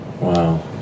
Wow